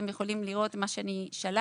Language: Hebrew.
ואתם יכולים לראות את מה ששלחתי.